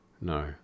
No